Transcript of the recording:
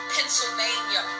Pennsylvania